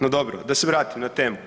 No dobro, da se vratim na temu.